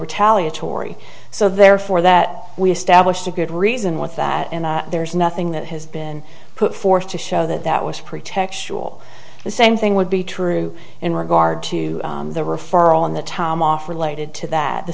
retaliatory so therefore that we established a good reason with that and there is nothing that has been put forth to show that that was pretextual the same thing would be true in regard to the referral and the time off related to that the